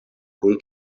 kun